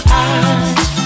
eyes